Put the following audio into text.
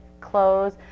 clothes